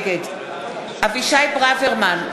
נגד אבישי ברוורמן,